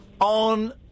On